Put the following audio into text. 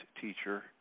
teacher